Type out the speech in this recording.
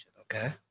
Okay